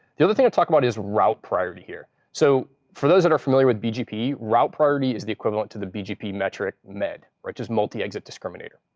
the other thing to talk about is route priority, here. so for those that are familiar with bgp, route priority is the equivalent to the bgp metric med, which is multi exit discriminator.